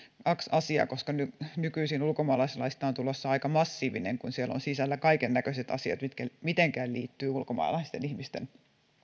asiaa nykyisestä ulkomaalaislaista on tulossa aika massiivinen kun siellä on sisällä kaikennäköiset asiat mitkä mitenkään liittyvät ulkomaalaisten ihmisten